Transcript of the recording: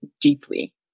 deeply